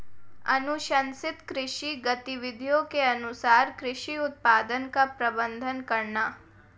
अनुशंसित कृषि गतिविधियों के अनुसार कृषि उत्पादन का प्रबंधन करना